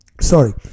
Sorry